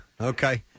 okay